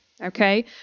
Okay